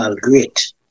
great